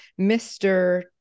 Mr